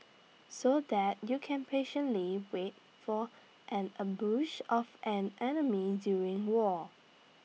so that you can patiently wait for an ambush of an enemy during war